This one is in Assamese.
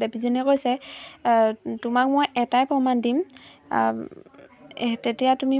দেৱীজনীয়ে কৈছে তোমাক মই এটাই প্ৰমাণ দিম তেতিয়া তুমি